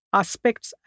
aspects